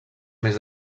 més